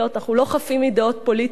אנחנו לא חפים מדעות פוליטיות.